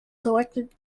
selected